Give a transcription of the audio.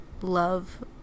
love